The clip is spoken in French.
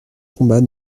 combat